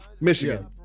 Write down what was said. Michigan